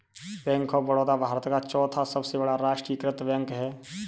bank of Baroda Bharat का चौथा सबसे बड़ा राष्ट्रीयकृत बैंक है